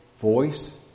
voice